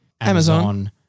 Amazon